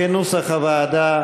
כנוסח הוועדה,